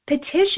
petition